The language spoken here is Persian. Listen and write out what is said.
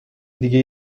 دیگه